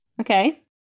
Okay